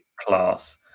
class